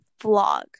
vlog